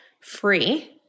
free